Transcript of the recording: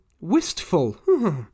Wistful